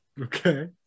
Okay